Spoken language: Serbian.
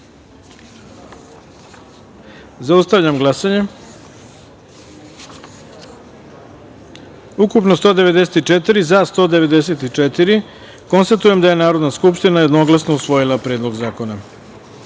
taster. Zaustavljam glasanje: ukupno – 194, za – 194.Konstatujem da je Narodna skupština jednoglasno usvojila Predlog zakona. Dame